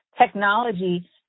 technology